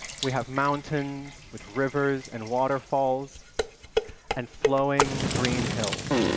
we have mountains with rivers and waterfalls and flowing green hills.